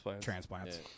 transplants